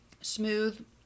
Smooth